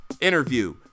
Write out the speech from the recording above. interview